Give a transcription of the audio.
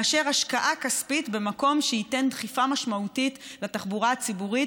מאשר השקעה כספית במקום שייתן דחיפה משמעותית לתחבורה הציבורית